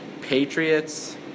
Patriots